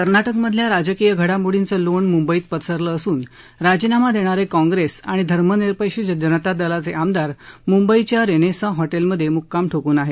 कर्नाटकमधल्या राजकीय घडामोडींचं लोण मुंबईत पसरलं असून राजीनामा देणारे काँप्रेस आणि धर्मनिरपेक्ष जनता दलाचे आमदार मुंबईच्या रेनेसाँ हॉटेलमधे मुक्काम ठोकून आहेत